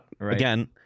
Again